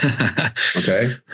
Okay